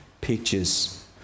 pictures